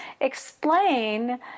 explain